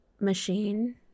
machine